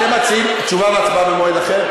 אתם מציעים תשובה והצבעה במועד אחר?